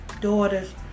daughter's